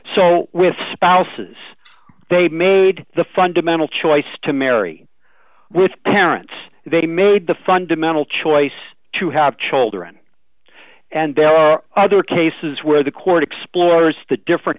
so with spouses they made the fundamental choice to marry with parents they made the fundamental choice to have children and there are other cases where the court explores the different